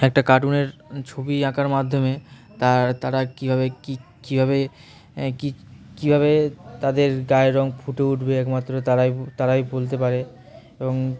একটা কার্টুনের ছবি আঁকার মাধ্যমে তার তারা কীভাবে কী কীভাবে কী কীভাবে তাদের গায়ের রঙ ফুটে উঠবে একমাত্র তারাই তারাই বলতে পারে এবং